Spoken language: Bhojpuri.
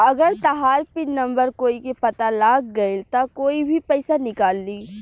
अगर तहार पिन नम्बर कोई के पता लाग गइल त कोई भी पइसा निकाल ली